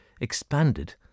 expanded